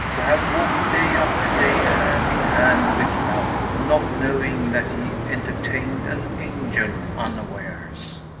to have walked day after day hand in hand with love, not knowing that he entertained an angel unawares!